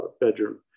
bedroom